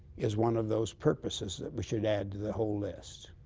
is one of those purposes that we should add to the whole list.